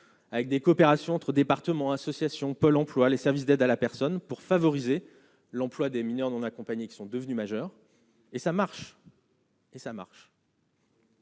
avec des coopérations entre départements, associations, Pôle emploi, les services d'aide à la personne pour favoriser l'emploi des mineurs non accompagnés qui sont devenus majeurs et ça marche. Et ça marche.